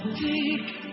take